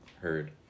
Heard